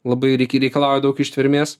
labai reikia reikalauja daug ištvermės